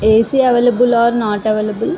AC available or not available